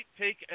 take